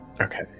Okay